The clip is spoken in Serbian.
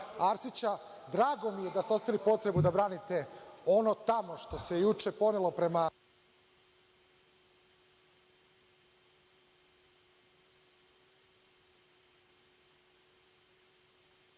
Arsića. Drago mi je da ste osetili potrebu da branite ono tamo što se juče ponelo prema